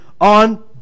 on